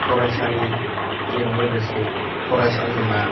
फरायसालिजों लोगोसे फरायसालिमा